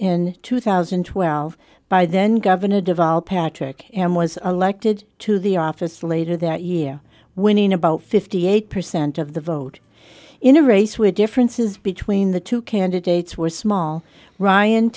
in two thousand and twelve by then governor deval patrick and was elected to the office later that year winning about fifty eight percent of the vote in a race where differences between the two candidates were small ryan